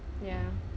ya